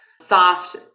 soft